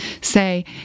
say